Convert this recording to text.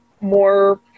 more